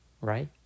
right